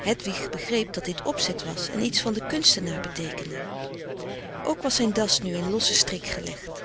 hedwig begreep dat dit opzet was en iets van den kunstenaar beteekende ook was zijn das nu in lossen strik gelegd